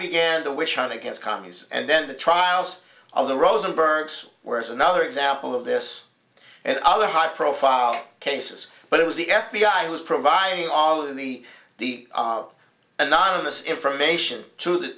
began the witch hunt against commies and then the trials of the rosenbergs were as another example of this and other high profile cases but it was the f b i was providing all of the the anonymous information to the